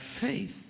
faith